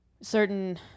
certain